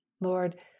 Lord